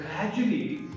gradually